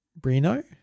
brino